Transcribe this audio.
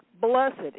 Blessed